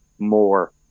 more